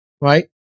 right